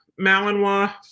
Malinois